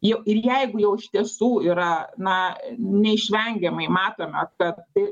jau ir jeigu jau iš tiesų yra na neišvengiamai matome kad tai